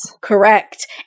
correct